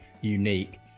unique